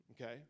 okay